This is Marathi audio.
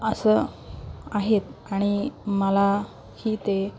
असं आहेत आणि मला ही ते